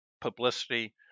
publicity